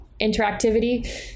interactivity